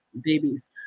babies